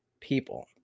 people